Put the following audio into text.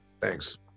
Thanks